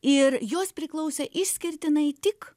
ir jos priklausė išskirtinai tik